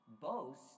Boast